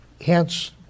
Hence